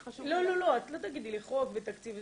לא, לא, את לא תגידי לי חוק ותקציב.